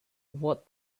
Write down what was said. what